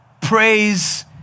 praise